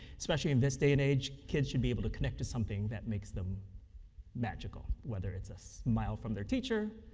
especially in this day and age, kids should be able to connect to something that makes them magical, whether it's a smile from their teacher,